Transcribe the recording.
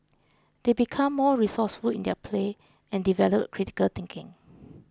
they become more resourceful in their play and develop critical thinking